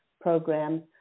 programs